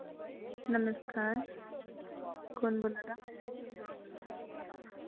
नमस्कार कौन बोल्ला दा